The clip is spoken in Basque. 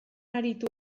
aritu